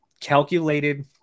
Calculated